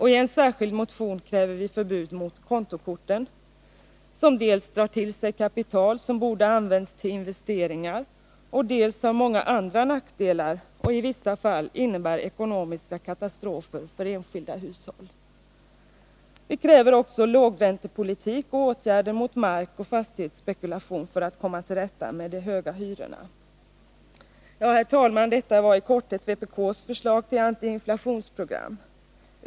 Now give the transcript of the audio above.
I en särskild motion kräver vi förbud mot kontokorten, som dels drar till sig kapital som borde ha använts till investeringar, dels medför många andra nackdelar samt dels i vissa fall innebär ekonomiska katastrofer för enskilda hushåll. Slutligen kräver vi också lågräntepolitik och åtgärder mot markoch fastighetsspekulation för att man skall komma till rätta med de höga hyrorna. Ja, herr talman, detta är i korthet vpk:s förslag till antiinflationsprogram.